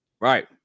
Right